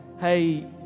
hey